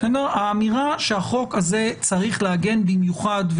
האמירה שהחוק הזה צריך להגן במיוחד,